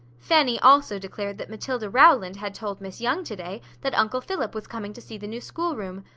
fanny also declared that matilda rowland had told miss young to-day, that uncle philip was coming to see the new schoolroom.